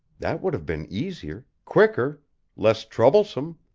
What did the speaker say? that would have been easier quicker less troublesome.